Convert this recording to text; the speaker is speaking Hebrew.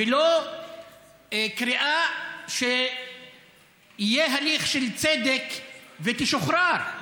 ולא קריאה שיהיה הליך של צדק ותשוחרר,